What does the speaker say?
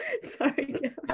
Sorry